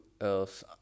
else